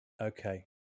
Okay